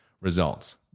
results